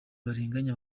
barenganya